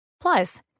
Plus